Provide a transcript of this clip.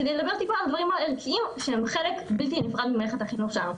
כדי לדבר טיפה על הדברים הערכיים שהם חלק בלתי נפרד ממערכת החינוך שלנו.